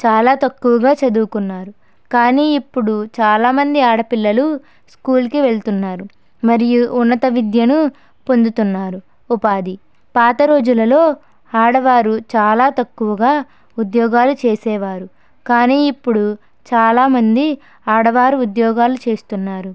చాలా తక్కువగా చదువుకున్నారు కానీ ఇప్పుడు చాలామంది ఆడపిల్లలు స్కూల్కి వెళ్తున్నారు మరియు ఉన్నత విద్యను పొందుతున్నారు ఉపాధి పాత రోజులలో ఆడవారు చాలా తక్కువగా ఉద్యోగాలు చేసేవారు కానీ ఇప్పుడు చాలామంది ఆడవారు ఉద్యోగాలు చేస్తున్నారు